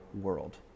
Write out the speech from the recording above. world